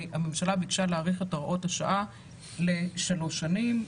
והממשלה ביקשה להאריך את הוראות השעה לשלוש שנים.